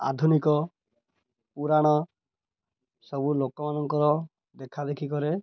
ଆଧୁନିକ ପୁରାଣ ସବୁ ଲୋକମାନଙ୍କର ଦେଖା ଦେଖି କରେ